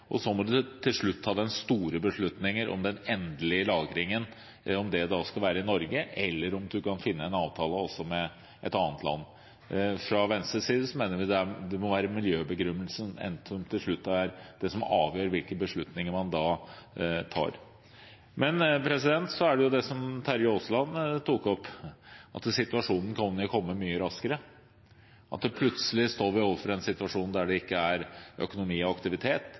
eller om man kan finne en avtale med et annet land. Fra Venstres side mener vi det må være miljøbegrunnelsen som til slutt avgjør hvilke beslutninger man da tar. Men så er det jo det som Terje Aasland tok opp, at situasjonen kan komme mye raskere, at vi plutselig står overfor en situasjon der det ikke er økonomi og aktivitet